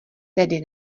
tedy